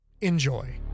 Enjoy